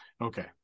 Okay